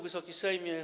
Wysoki Sejmie!